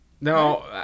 No